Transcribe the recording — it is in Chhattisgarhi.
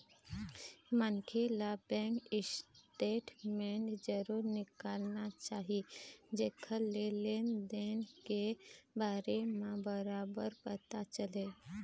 मनखे ल बेंक स्टेटमेंट जरूर निकालना चाही जेखर ले लेन देन के बारे म बरोबर पता चलय